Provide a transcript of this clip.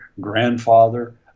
grandfather